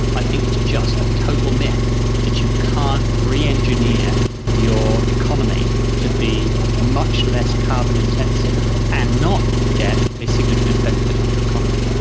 i think it's just a total myth that you can't re-engineer your economy to be much less carbon intensive and not get a significant benefit on your economy.